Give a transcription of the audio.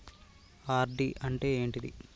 RD అంటే ఏంటిది?